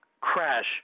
crash